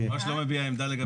אני ממש לא מביע עמדה לגבי זה.